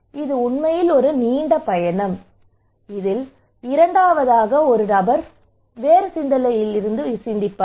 இது உண்மையில் ஒரு நீண்ட பயணம் எனவே இரண்டாவது நபர் வேறு சிந்தனையிலிருந்து சிந்திப்பார்